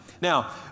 Now